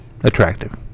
attractive